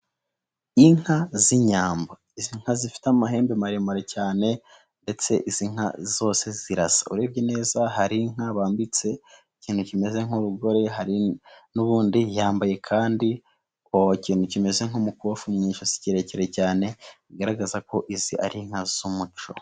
Inka z'inyambo, ni inka zifite amahembe maremare cyane, ndetse izi nka zose zirasa. Urebye neza hari inka bambitse ikintu kimeze nk'urugori, hari n'indi yambaye kandi ikimeze nk'umukufi mu ijosi kirekire cyane, bigaragaza ko izi ari inka z'umuco.